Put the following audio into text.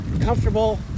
comfortable